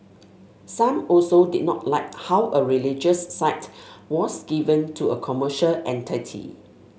some also did not like how a religious site was given to a commercial entity